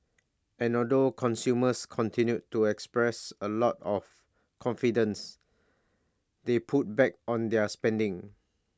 and although consumers continued to express A lot of confidence they pulled back on their spending